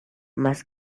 más